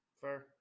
Fair